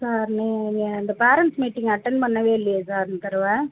sir நீங்கள் இங்கே அந்த பேரண்ட்ஸ் மீட்டிங் அட்டண்ட் பண்ணவே இல்லையே சார் இந்த தடவை